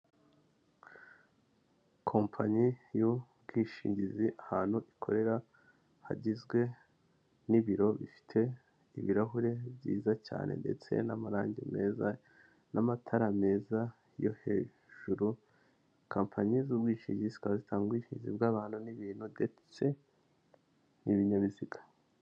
Kompanyi y'ubwishingizi ahantu ikorera hagizwe n'ibiro bifite ibirahure byiza cyane ndetse n'amarangi meza n'amatara meza yo hejuru kompanyi z'ubwishingizi zitanga ubwishingizi bw'abantu n'ibintu ndetse n'ibinyabiziga.